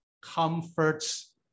comforts